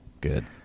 good